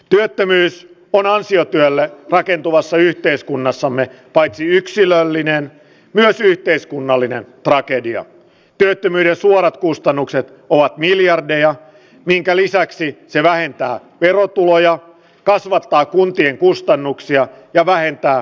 työttömyys on ansiotyölle rakentuvassa yhteiskunnassamme paitsi yksi laillinen pääsy yhteiskunnallinen tragedia työttömiä suorat kustannukset ovat miljardeja minkä lisäksi se vähentää verotuloja kasvattaa kuntien kustannuksia ja vähentää